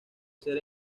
ser